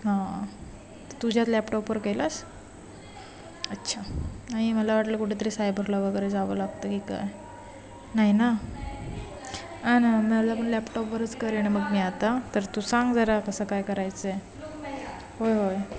हां तुझ्याच लॅपटॉपवर केलास अच्छा नाही मला वाटलं कुठेतरी सायबरला वगैरे जावं लागतं की काय नाही ना हां ना नाही तर लॅपटॉपवरच करेन मग मी आता तर तू सांग जरा कसं काय करायचं आहे होय होय